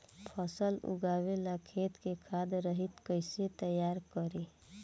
फसल उगवे ला खेत के खाद रहित कैसे तैयार करी?